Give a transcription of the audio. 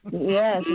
Yes